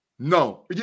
No